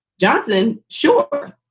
johnson sure.